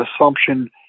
assumption